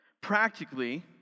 Practically